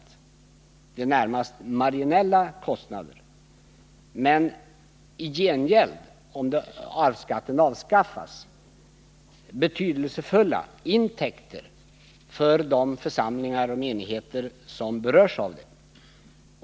Det rör sig i stället om närmast marginella kostnader, men om arvsskatten avskaffades skulle det innebära betydelsefulla intäkter för de församlingar och menigheter som berörs av det.